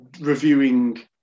reviewing